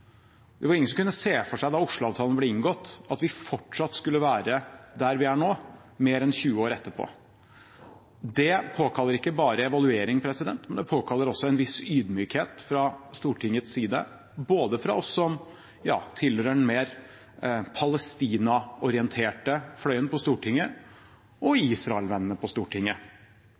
Det var ingen som kunne se for seg da Oslo-avtalen ble inngått, at vi fortsatt skulle være der vi er nå, mer enn 20 år etterpå. Det påkaller ikke bare evaluering, det påkaller også en viss ydmykhet fra Stortingets side, både fra oss som tilhører den mer Palestina-orienterte fløyen på Stortinget, og fra Israel-vennene på Stortinget.